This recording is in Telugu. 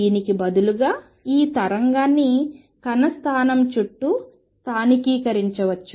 దీనికి బదులుగా ఈ తరంగాన్ని కణ స్థానం చుట్టూ స్థానీకరించవచ్చు